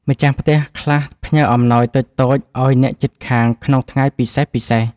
ម្ចាស់ផ្ទះខ្លះផ្ញើអំណោយតូចៗឱ្យអ្នកជិតខាងក្នុងថ្ងៃពិសេសៗ។